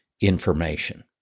information